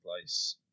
place